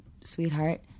sweetheart